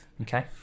Okay